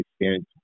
experience